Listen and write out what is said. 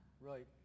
Right